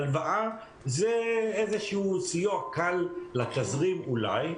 הלוואה זו איזשהו סיוע קל לתזרים, אולי.